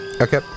Okay